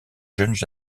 jeunes